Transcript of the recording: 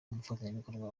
umufatanyabikorwa